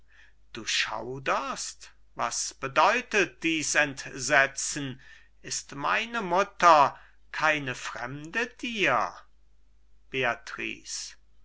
du schauderst was bedeutet dies entsetzen ist meine mutter keine fremde dir